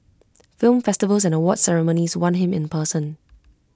film festivals and awards ceremonies want him in person